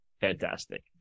Fantastic